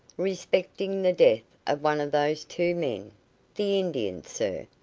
respecting the death of one of those two men the indian, sir.